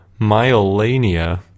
myelania